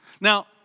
Now